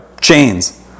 chains